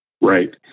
Right